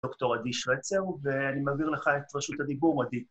דוקטור עדי שרצר, ואני מעביר לך את רשות הדיבור, עדי.